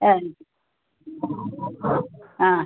ആ